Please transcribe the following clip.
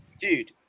dude